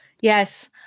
Yes